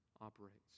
operates